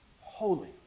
Holy